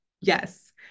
Yes